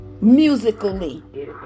Musically